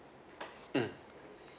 mm